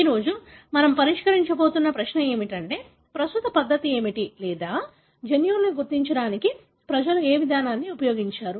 ఈ రోజు మనం పరిష్కరించబోతున్న ప్రశ్న ఏమిటంటే ప్రస్తుత పద్ధతి ఏమిటి లేదా జన్యువులను గుర్తించడానికి ప్రజలు ఏ విధానాన్ని ఉపయోగించారు